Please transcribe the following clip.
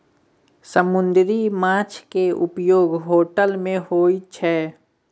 समुन्दरी माछ केँ उपयोग होटल मे होइ छै